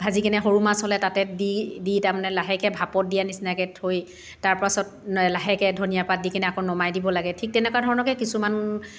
ভাজি কেনে সৰু মাছ হ'লে তাতে দি দি তাৰমানে লাহেকৈ ভাপত দিয়া নিচিনাকৈ থৈ তাৰপাছত লাহেকৈ ধনিয়া পাত দি কেনে আকৌ নমাই দিব লাগে ঠিক তেনেকুৱা ধৰণৰকৈ কিছুমান